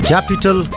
Capital